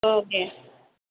औ दे